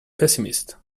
pessimist